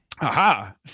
Aha